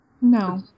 No